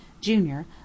junior